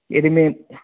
எதுவுமே